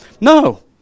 No